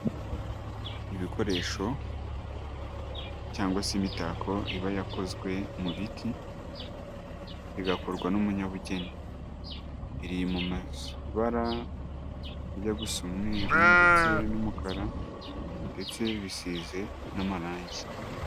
Ibikoresho cyangwa se imitako iba yakozwe mu biti bigakorwa n'umunyabugeni, iri mu mabara ajya gusa umweru ndetse n'umukara ndetse bisize n'amarangi.